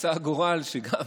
רצה הגורל שגם